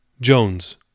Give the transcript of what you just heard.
jones